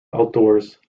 outdoors